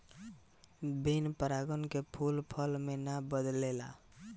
बिन परागन के फूल फल मे ना बदलेला